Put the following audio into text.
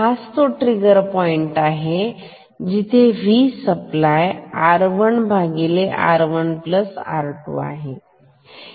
हा तोच trigger point आहे जिथे V सप्लाय R1 R1R2 आहे